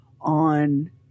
on